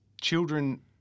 children